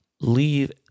Leave